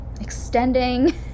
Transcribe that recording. extending